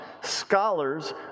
scholars